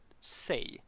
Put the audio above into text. say